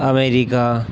America